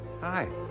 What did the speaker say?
Hi